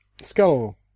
skull